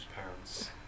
parents